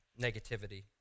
negativity